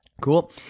Cool